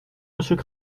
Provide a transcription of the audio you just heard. monsieur